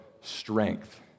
strength